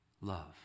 Love